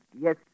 Yes